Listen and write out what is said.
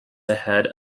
ahead